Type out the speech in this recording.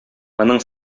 моның